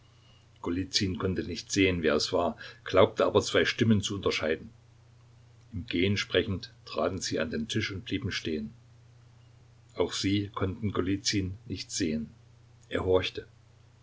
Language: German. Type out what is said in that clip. konnte nicht sehen wer es war glaubte aber zwei stimmen zu unterscheiden im gehen sprechend traten sie an den tisch und blieben stehen auch sie konnten golizyn nicht sehen er horchte